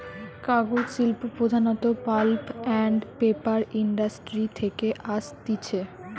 কাগজ শিল্প প্রধানত পাল্প আন্ড পেপার ইন্ডাস্ট্রি থেকে আসতিছে